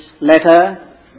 letter